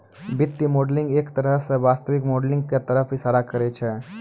वित्तीय मॉडलिंग एक तरह स वास्तविक मॉडलिंग क तरफ इशारा करै छै